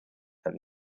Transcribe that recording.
than